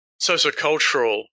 sociocultural